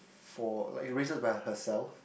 for like she raised us by herself